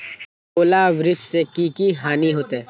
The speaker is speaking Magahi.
ओलावृष्टि से की की हानि होतै?